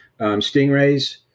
stingrays